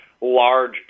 large